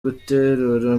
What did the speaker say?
guterura